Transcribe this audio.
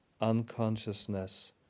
unconsciousness